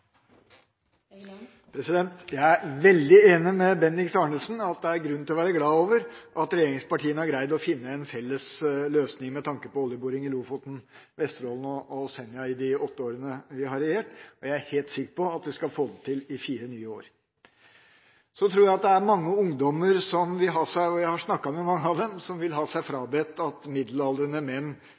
der. Jeg er veldig enig med Bendiks H. Arnesen i at det er grunn til å være glad for at regjeringa har greid å finne en felles løsning med tanke på oljeboring i Lofoten, Vesterålen og Senja i de åtte årene vi har regjert. Jeg er helt sikker på at vi skal få det til i fire nye år. Jeg tror det er mange ungdommer som – jeg har snakket med mange av dem – vil ha seg frabedt at middelaldrende menn